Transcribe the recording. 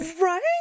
right